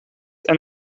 ein